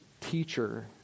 teacher